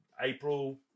April